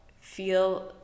feel